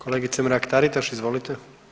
Kolegice Mrak-Taritaš, izvolite.